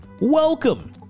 Welcome